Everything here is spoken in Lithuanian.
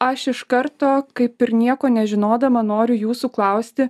aš iš karto kaip ir nieko nežinodama noriu jūsų klausti